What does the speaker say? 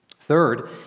Third